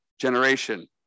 generation